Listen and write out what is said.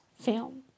film